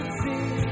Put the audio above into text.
see